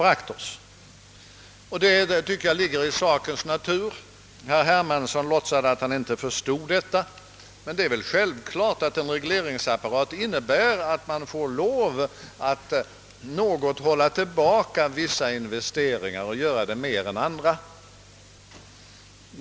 Och detta innebär — det anser jag ligger i sakens natur, fastän herr Hermansson låtsades som om han inte förstod det — att man får lov att hålla tillbaka vissa investeringar jämfört med andra.